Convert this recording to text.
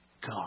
God